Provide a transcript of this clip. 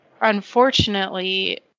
unfortunately